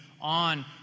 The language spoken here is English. on